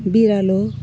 बिरालो